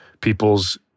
people's